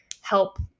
help